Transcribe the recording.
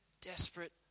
desperate